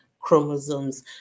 chromosomes